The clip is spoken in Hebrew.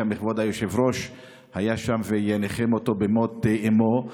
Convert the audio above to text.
גם כבוד היושב-ראש היה שם וניחם אותו במות אימו.